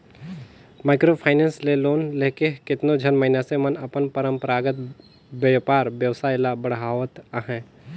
micro finance ले loan लेके केतनो झन मइनसे मन अपन परंपरागत बयपार बेवसाय ल बढ़ावत अहें